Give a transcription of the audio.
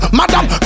madam